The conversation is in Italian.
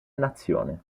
nazione